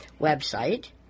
website